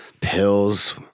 pills